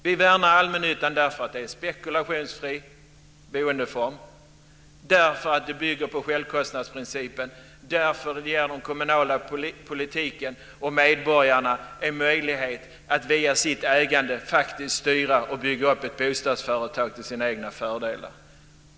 Vi värnar allmännyttan därför att den erbjuder en spekulationsfri boendeform, därför att den bygger på självkostnadsprincipen och därför att den kommunala politiken och medborgarna får en möjlighet att via sitt ägande faktiskt styra och bygga upp ett bostadsföretag till sina egna fördelar.